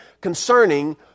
concerning